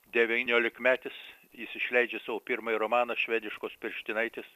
devyniolikmetis jis išleidžia savo pirmąjį romaną švediškos pirštinaitės